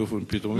באופן פתאומי?